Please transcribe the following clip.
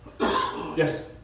Yes